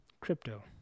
crypto